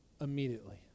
immediately